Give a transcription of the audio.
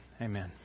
amen